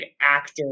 actor